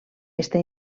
està